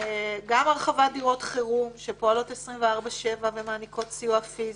גם הרחבת דירות חירום שפועלות 24/7 ומעניקות סיוע פיזי,